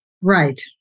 Right